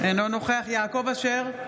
אינו נוכח יעקב אשר,